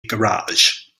garage